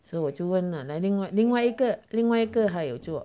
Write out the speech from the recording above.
so 我就问啊另外另外一个另外一个还有做